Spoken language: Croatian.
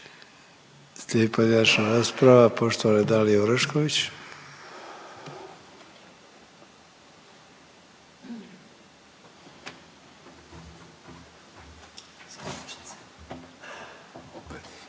Slijedi pojedinačna rasprava poštovane Dalije Orešković.